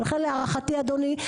ולכן להערכתי אדוני,